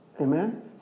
Amen